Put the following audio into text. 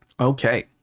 Okay